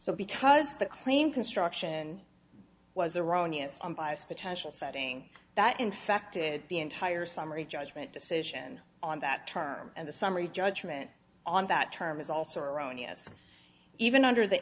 so because the claim construction was erroneous on bias potential citing that infected the entire summary judgment decision on that term and the summary judgment on that term is also erroneous even under th